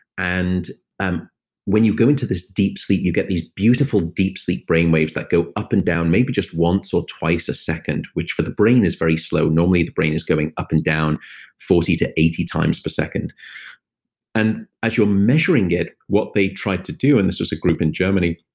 and and when you go into this deep sleep, you get these beautiful deep sleep brainwaves that go up and down, maybe just once or twice a second, which for the brain is very slow. normally the brain is going up and down forty to eighty times per second and as you're measuring it, what they tried to do, and this was a group in germany